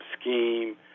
scheme